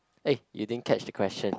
eh you didn't catch the question